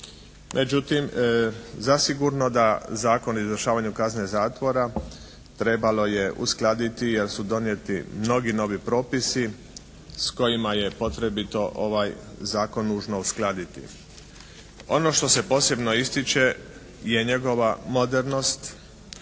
Međutim, zasigurno da Zakon o izvršavanju kazne zatvora trebalo je uskladiti jer su donijeti mnogi novi propisi s kojima je potrebito ovaj zakon nužno uskladiti. Ono što se posebno ističe je njegova modernost